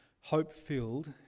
hope-filled